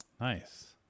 nice